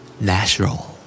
Natural